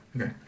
okay